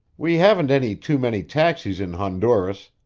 we haven't any too many taxis in honduras.